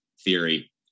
theory